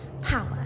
Power